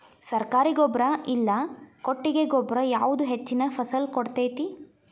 ಸರ್ಕಾರಿ ಗೊಬ್ಬರ ಇಲ್ಲಾ ಕೊಟ್ಟಿಗೆ ಗೊಬ್ಬರ ಯಾವುದು ಹೆಚ್ಚಿನ ಫಸಲ್ ಕೊಡತೈತಿ?